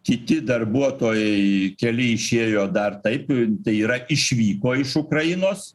kiti darbuotojai keli išėjo dar taip tai yra išvyko iš ukrainos